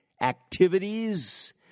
activities